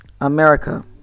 America